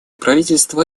правительство